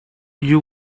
you